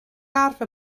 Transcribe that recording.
arfer